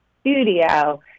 studio